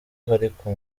ariko